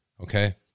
Okay